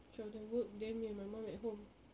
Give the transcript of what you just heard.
so they work then me and my mum at home